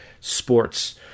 sports